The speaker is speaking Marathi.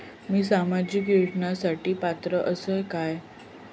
मी सामाजिक योजनांसाठी पात्र असय काय?